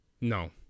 No